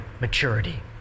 maturity